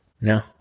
No